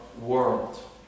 world